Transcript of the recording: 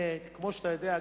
כמו שאתה יודע,